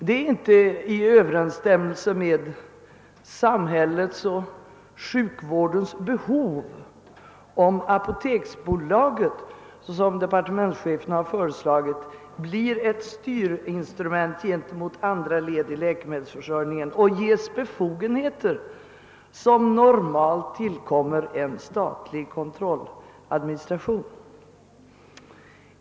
Det står inte i överensstämmelse med samhällets och sjukvårdens behov att apoteksbolaget, såsom departementschefen har föreslagit, blir ett instrument som skall styra andra led i läkemedelsförsörjningen och ges befogenheter som normalt tillkommer en statlig kontrolladministration.